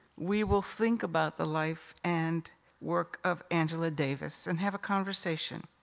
we will think about the life and work of angela davis and have a conversation.